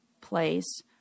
place